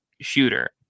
Shooter